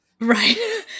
right